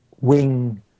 Wing